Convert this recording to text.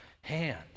hand